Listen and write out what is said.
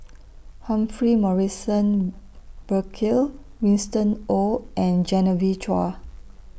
Humphrey Morrison Burkill Winston Oh and Genevieve Chua